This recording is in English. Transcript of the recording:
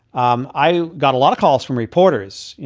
um i got a lot of calls from reporters.